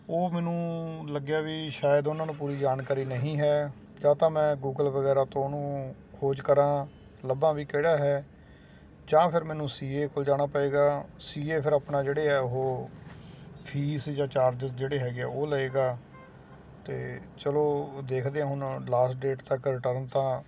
ਉਹ ਮੈਨੂੰ ਲੱਗਿਆ ਵੀ ਸ਼ਾਇਦ ਉਹਨਾਂ ਨੂੰ ਪੂਰੀ ਜਾਣਕਾਰੀ ਨਹੀਂ ਹੈ ਜਾਂ ਤਾਂ ਮੈਂ ਗੂਗਲ ਵਗੈਰਾ ਤੋਂ ਉਹਨੂੰ ਖੋਜ ਕਰਾਂ ਲੱਭਾਂ ਵੀ ਕਿਹੜਾ ਹੈ ਜਾਂ ਫਿਰ ਮੈਨੂੰ ਸੀਏ ਕੋਲ ਜਾਣਾ ਪਏਗਾ ਸੀਏ ਫਿਰ ਆਪਣਾ ਜਿਹੜੇ ਹੈ ਉਹ ਫੀਸ ਜਾਂ ਚਾਰਜਸ ਜਿਹੜੇ ਹੈਗੇ ਹੈ ਉਹ ਲਏਗਾ ਅਤੇ ਚਲੋ ਦੇਖਦੇ ਹਾਂ ਹੁਣ ਲਾਸਟ ਡੇਟ ਤੱਕ ਰਿਟਰਨ ਤਾਂ